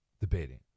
debating